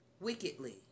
wickedly